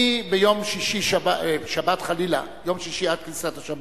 אני ביום שישי, עד כניסת השבת,